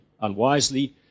unwisely